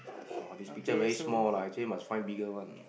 !wah! this picture very small lah actually must find bigger [one]